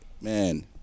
man